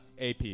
AP